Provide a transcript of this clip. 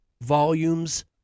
volumes